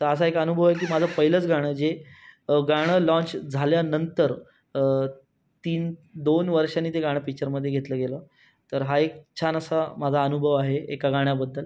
तर असा एक अनुभव आहे की माझं पहिलंच गाणं जे गाणं लाँच झाल्यानंतर तीन दोन वर्षानी ते गाणं पिक्चरमध्ये घेतलं गेलं तर हा एक छान असा माझा अनुभव आहे एका गाण्याबद्दल